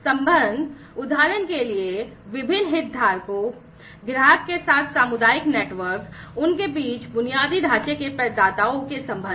संबंध उदाहरण के लिए विभिन्न हितधारकों ग्राहक के साथ सामुदायिक नेटवर्क उनके बीच बुनियादी ढांचे के प्रदाताओं के संबंध